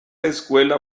escuela